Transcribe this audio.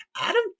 Adam